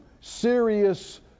serious